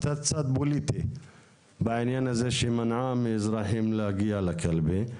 נקטה צד פוליטי בעניין הזה שמנעה מאזרחים להגיע לקלפי.